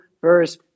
verse